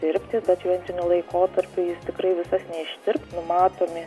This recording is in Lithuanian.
tirpti bet šventiniu laikotarpiu jis tikrai visas neištirps numatomi